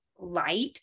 light